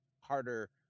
harder